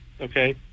okay